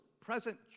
present